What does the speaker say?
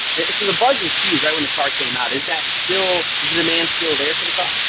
so the buzz was huge right when the car came out is that still is the demand still there for the car.